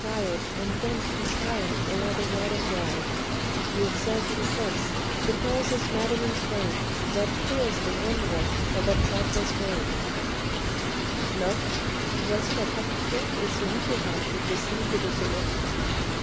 voici la traduction aussi littérale que possible de ce morceau